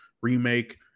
Remake